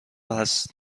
هست